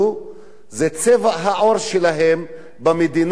זה צבע העור שלהם במדינה הזו,